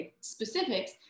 specifics